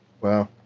Wow